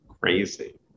crazy